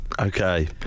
Okay